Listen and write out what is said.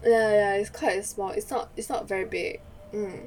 ya ya it's quite small it's not it's not very big